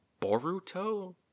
Boruto